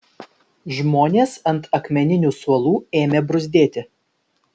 žmonės ant akmeninių suolų ėmė bruzdėti